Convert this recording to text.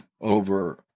over